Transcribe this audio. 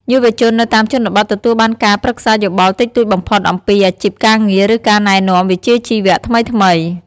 យុវជននៅតាមជនបទទទួលបានការប្រឹក្សាយោបល់តិចតួចបំផុតអំពីអាជីពការងារ ឬការណែនាំវិជ្ជាជីវៈថ្មីៗ។